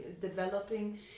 developing